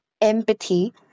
empathy